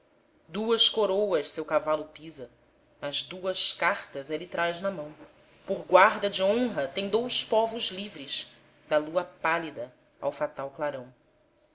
duas coroas seu cavalo pisa mas duas cartas ele traz na mão por guarda de honra tem dous povos livres da lua pálida ao fatal clarão